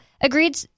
agreed